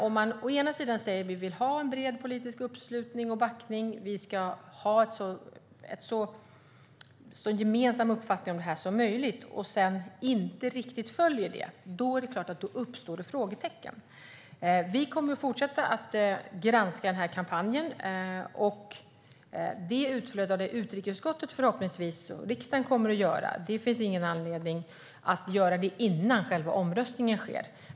Om man säger att man vill ha en bred politisk uppslutning och uppbackning och att vi ska ha en så gemensam uppfattning om detta som möjligt men sedan inte följer det uppstår det såklart frågetecken. Vi kommer att fortsätta att granska denna kampanj. Den utvärdering som utrikesutskottet och riksdagen kan göra finns det ingen anledning att göra innan själva omröstningen sker.